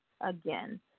again